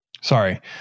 Sorry